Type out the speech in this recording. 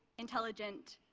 intelligent,